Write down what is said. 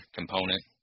component